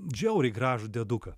žiauriai gražų dieduką